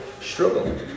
struggle